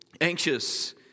anxious